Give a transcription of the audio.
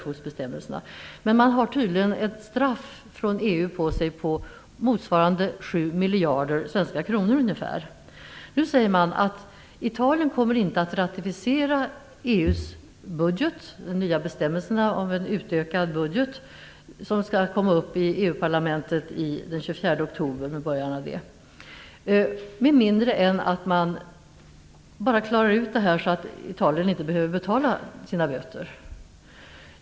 Italien har tydligen ett straff från EU över sig, böter motsvarande 7 miljarder svenska kronor. Nu säger man att Italien inte kommer att ratificera de nya bestämmelserna om en utökad budget för EU, som skall komma upp i EU parlamentet den 24 oktober, med mindre än att detta klaras ut så att Italien inte behöver betala sina böter.